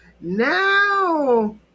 now